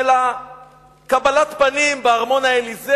של קבלת פנים בארמון האליזה